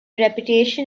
reputation